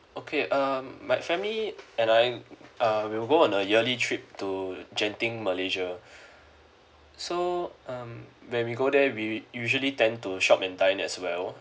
okay um my family and I uh we will go on a yearly trip to genting malaysia so um when we go there we usually tend to shop and dine as well